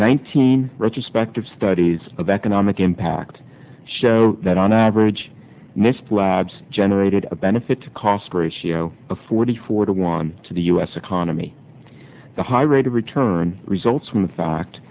nineteen retrospective studies of economic impact show that on average missed labs generated a benefit to cost ratio before the four to one to the us economy the high rate of return results from the fact